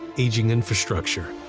aging infrastructure,